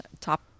top